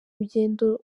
urugendo